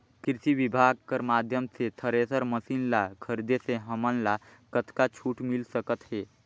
कृषि विभाग कर माध्यम से थरेसर मशीन ला खरीदे से हमन ला कतका छूट मिल सकत हे?